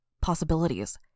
Possibilities